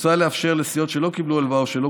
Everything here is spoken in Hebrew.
מוצע לאפשר לסיעות שלא קיבלו הלוואה או שלא